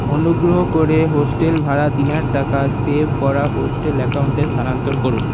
অনুগ্রহ করে হোস্টেল ভাড়ার তিন হাজার টাকা সেভ করা হোস্টেল অ্যাকাউন্টে স্থানান্তর করুন